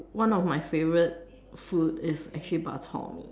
one of my favourite food is actually Bak-Chor-Mee